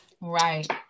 Right